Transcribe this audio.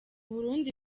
burundi